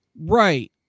right